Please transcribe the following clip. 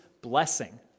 blessing